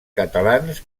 catalans